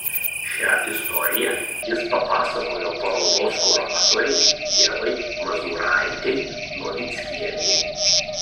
šią istoriją jis papasakojo parodos kuratorei ievai mazūraitei novickienei